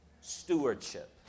stewardship